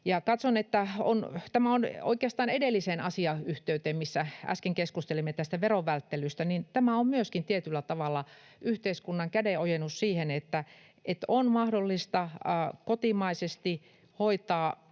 tämä on oikeastaan yhteydessä edelliseen asiaan, missä äsken keskustelimme verovälttelystä, eli tämä on tietyllä tavalla myöskin yhteiskunnan kädenojennus siihen, että on mahdollista kotimaisesti hoitaa